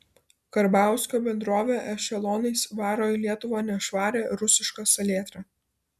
karbauskio bendrovė ešelonais varo į lietuvą nešvarią rusišką salietrą